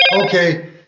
Okay